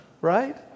Right